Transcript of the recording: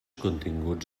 continguts